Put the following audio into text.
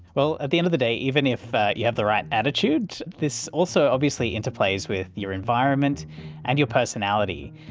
well, at the end of the day even if you have the right attitude, this also obviously interplays with your environment and your personality.